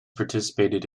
participated